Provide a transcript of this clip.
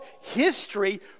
history